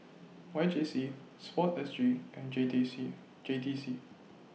Y J C Sport S G and J T C J T C